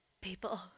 People